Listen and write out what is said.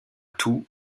tout